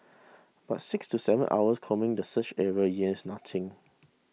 but six to seven hours combing the search area yields nothing